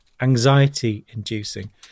anxiety-inducing